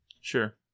sure